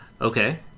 Okay